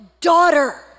daughter